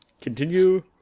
continue